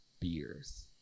beers